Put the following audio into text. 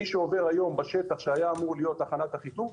מי שעובר היום בשטח שהיה אמור להיות תחנת אחיטוב,